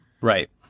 Right